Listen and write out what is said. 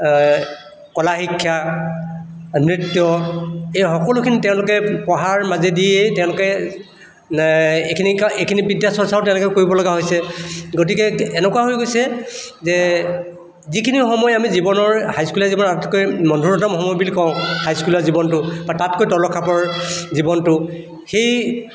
কলা শিক্ষা নৃত্য এই সকলোখিনি তেওঁলোকে পঢ়াৰ মাজেদিয়ে তেওঁলোকে এইখিনি এইখিনি বিদ্যা চৰ্চাও তেওঁলোকে কৰিবলগা হৈছে গতিকে এনেকুৱা হৈ গৈছে যে যিখিনি সময় আমি জীৱনৰ হাইস্কুলীয়া জীৱনৰ আটাইতকৈ মধুৰতম সময় বুলি কওঁ হাইস্কুলীয়া জীৱনটো বা তাতকৈ তলৰ খাপৰ জীৱনটো সেই